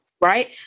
right